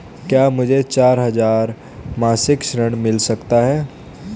क्या मुझे चार हजार मासिक ऋण मिल सकता है?